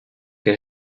què